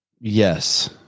Yes